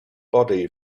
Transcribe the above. body